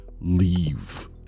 leave